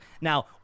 Now